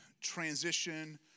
transition